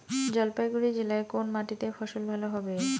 জলপাইগুড়ি জেলায় কোন মাটিতে ফসল ভালো হবে?